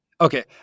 okay